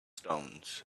stones